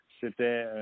C'était